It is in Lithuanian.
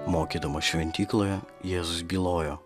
mokydamas šventykloje jėzus bylojo